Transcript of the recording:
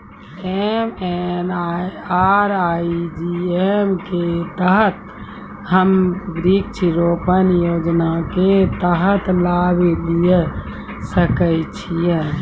MNREGA के तहत हम्मय वृक्ष रोपण योजना के तहत लाभ लिये सकय छियै?